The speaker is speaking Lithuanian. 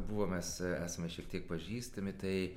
buvom mes esame šiek tiek pažįstami tai